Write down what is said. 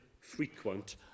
frequent